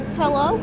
hello